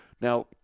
Now